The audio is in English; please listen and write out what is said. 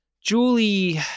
Julie